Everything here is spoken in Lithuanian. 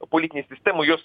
politinėj sistemoj jos